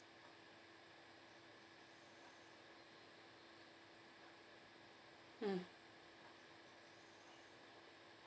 mm